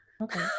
okay